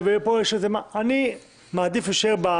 אני מודה לך על כך.